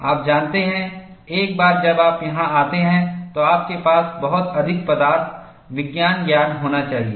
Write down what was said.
आप जानते हैं एक बार जब आप यहां आते हैं तो आपके पास बहुत अधिक पदार्थ विज्ञान ज्ञान होना चाहिए